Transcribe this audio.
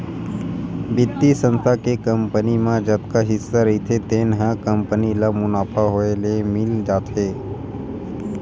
बित्तीय संस्था के कंपनी म जतका हिस्सा रहिथे तेन ह कंपनी ल मुनाफा होए ले मिल जाथे